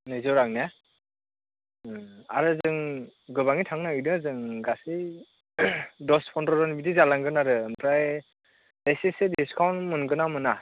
नैजौ रां ने आरो जों गोबाङै थांनो नागिरदों जों गासै दस फनद्र'जन बिदि जालांगोन आरो ओमफ्राय एसेसो दिसकाउन्ट मोनगोना मोना